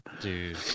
Dude